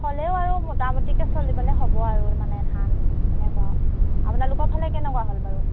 হ'লেও আৰু মোটামুটিকৈ চলিবলৈ হ'ব আৰু মানে ধান এনেকুৱা আৰু আপোনালোকৰ ফালে কেনেকুৱা হ'ল বাৰু